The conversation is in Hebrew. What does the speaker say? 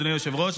אדוני היושב-ראש,